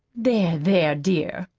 there, there, dear,